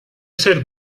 ser